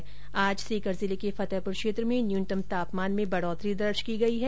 इधर आज सीकर जिले के फतेहपुर क्षेत्र में न्यूनतम तापमान में बढ़ोतरी दर्ज की गई है